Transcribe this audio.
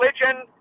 religion